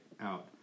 out